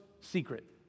Secret